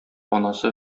анасы